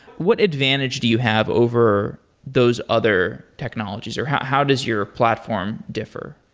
what advantage do you have over those other technologies, or how how does your platform differ?